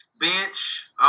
Bench